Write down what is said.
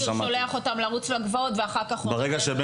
בן גביר שולח אותם לרוץ לגבעות ואחר כך אומר --- ברגע שבן